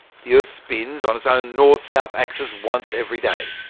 the earth spins on its own north-south axis once every day.